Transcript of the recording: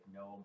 no